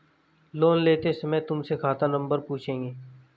loan लेते समय तुमसे खाता नंबर पूछेंगे